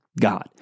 God